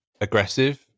aggressive